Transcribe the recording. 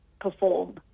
perform